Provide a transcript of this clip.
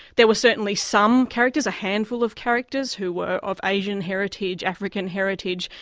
there were certainly some characters, a handful of characters who were of asian heritage, african heritage,